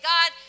God